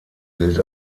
gilt